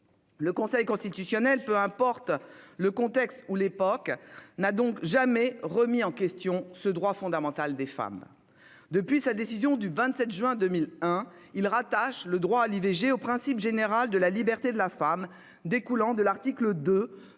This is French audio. Le Conseil constitutionnel, peu importe le contexte ou l'époque, n'a donc jamais remis en question ce droit fondamental des femmes. Depuis sa décision du 27 juin 2001, il rattache le droit à l'IVG au principe général de la liberté de la femme découlant de l'article II